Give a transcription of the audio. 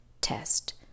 test